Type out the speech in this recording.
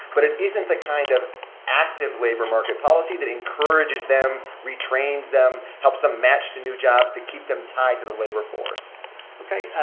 but it isn't the kind of active labor market policy that encourages them, retrains them, helps them match to new jobs that keep them tied to the labor force ok.